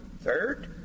Third